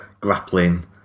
grappling